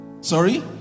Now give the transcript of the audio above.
Sorry